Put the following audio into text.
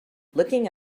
looking